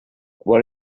what